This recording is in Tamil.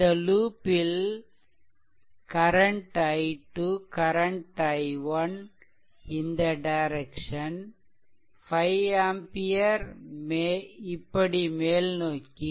இந்த லூப் ல் கரண்ட் i2 கரன்ட் i1 இந்த டைரெக்சன் 5 ஆம்பியர் இப்படி மேல்நோக்கி